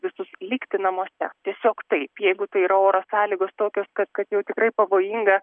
visus likti namuose tiesiog taip jeigu tai yra oro sąlygos tokios kad jau tikrai pavojinga